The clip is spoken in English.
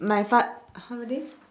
my fa~